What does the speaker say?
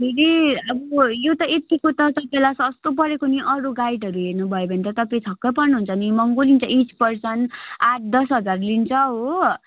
फेरि अब यो त यतिको त तपाईँलाई सस्तो परेको नि अरू गाइडहरू हेर्नुभयो भने त तपाईँ छक्क पर्नुहुन्छ नि महँगो लिन्छ इच पर्सन आठ दस हजार लिन्छ हो